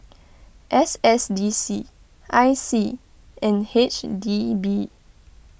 S S D C I C and H D B